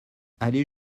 aller